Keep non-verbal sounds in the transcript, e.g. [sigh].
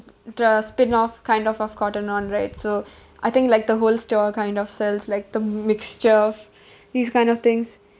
the spinoff kind of of Cotton On right so [breath] I think like the whole store kind of sells like the mixture of [breath] these kind of things